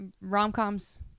rom-coms